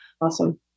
awesome